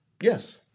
Yes